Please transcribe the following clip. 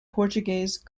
portuguese